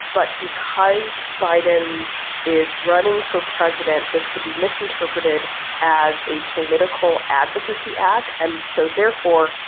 but because biden is running for president, this could be misinterpreted as a political advocacy act. and so therefore,